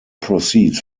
proceeds